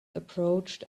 approached